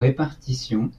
répartition